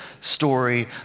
story